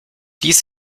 dies